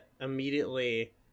immediately